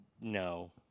No